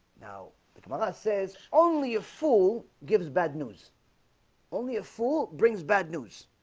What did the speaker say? now but mother says only a fool gives bad news only a fool brings bad news